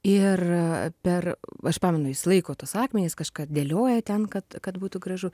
ir per aš pamenu jis laiko tuos akmenis kažką dėlioja ten kad kad būtų gražu